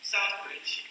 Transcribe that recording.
Southbridge